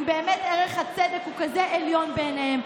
אם באמת ערך הצדק הוא כזה עליון בעיניהם.